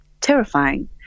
terrifying